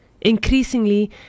Increasingly